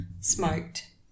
smoked